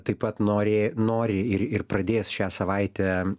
taip pat nori nori ir ir pradės šią savaitę